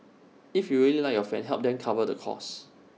if you really like your friend help them cover the cost